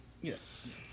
Yes